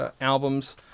albums